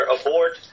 aboard